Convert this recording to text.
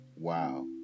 wow